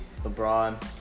LeBron